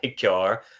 car